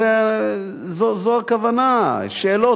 הרי זו הכוונה, שאלות.